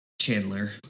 Chandler